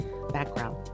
background